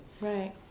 Right